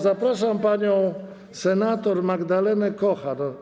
Zapraszam panią senator Magdalenę Kochan.